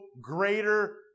greater